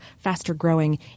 faster-growing